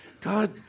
God